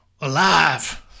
alive